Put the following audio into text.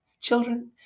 Children